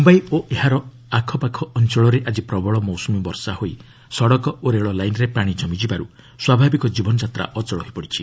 Mumbai rain Mumbai ଓ ଏହାର ଆଖପାଖ ଅଞ୍ଚଳରେ ଆଜି ପ୍ରବଳ ମୌସୁମୀ ବର୍ଷା ହୋଇ ସଡ଼କ ଓ ରେଳ ଲାଇନ୍ରେ ପାଣି କମି ଯିବାରୁ ସ୍ୱାଭାବିକ ଜୀବନଯାତ୍ରା ଅଚଳ ହୋଇ ପଡ଼ିଛି